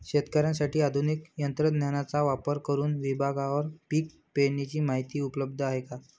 शेतकऱ्यांसाठी आधुनिक तंत्रज्ञानाचा वापर करुन विभागवार पीक पेरणीची माहिती उपलब्ध आहे का?